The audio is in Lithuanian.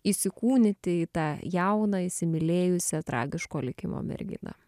įsikūnyti į tą jauną įsimylėjusią tragiško likimo merginą